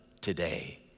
today